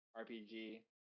RPG